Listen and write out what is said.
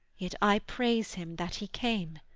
yet i praise him that he came.